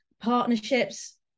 Partnerships